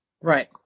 Right